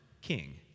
king